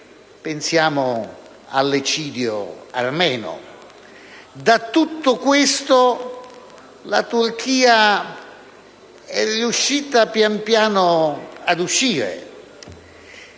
(pensiamo all'eccidio armeno). Da tutto questo la Turchia è riuscita pian piano ad uscire.